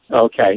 Okay